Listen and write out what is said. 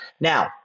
Now